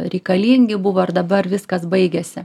reikalingi buvo ir dabar viskas baigėsi